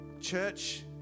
Church